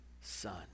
son